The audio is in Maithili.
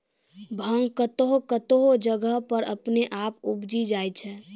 भांग कतौह कतौह जगह पर अपने आप उपजी जाय छै